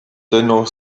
dennoch